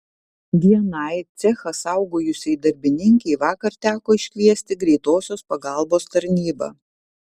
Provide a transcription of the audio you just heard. vienai cechą saugojusiai darbininkei vakar teko iškviesti greitosios pagalbos tarnybą